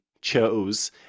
chose